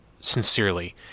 sincerely